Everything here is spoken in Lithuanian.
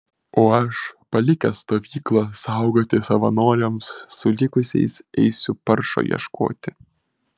o aš palikęs stovyklą saugoti savanoriams su likusiais eisiu paršo ieškoti